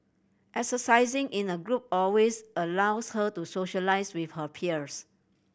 exercising in a group always allows her to socialise with her peers